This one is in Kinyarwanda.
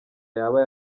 yaba